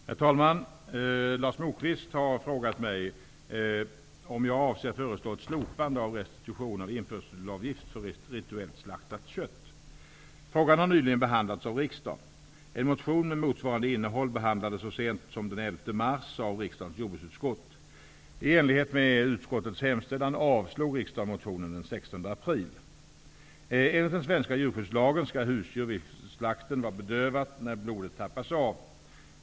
Herr talman! Lars Moquist har frågat mig om jag avser föreslå ett slopande av restitution av införselavgift för rituellt slaktat kött. Frågan har nyligen behandlats av riksdagen. En motion med motsvarande innehåll behandlades så sent som den 11 mars av riksdagens jordbruksutskott. I enlighet med utskottets hemställan avslog riksdagen motionen den 16 april. skall husdjur vid slakten vara bedövat när blodet tappas av.